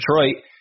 Detroit